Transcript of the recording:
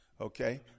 Okay